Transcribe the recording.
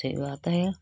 अच्छी बात हैं